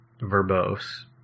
verbose